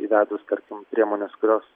įvedus tarkim priemones kurios